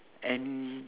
and